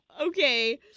okay